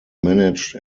managed